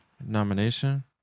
nomination